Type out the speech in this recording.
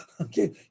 okay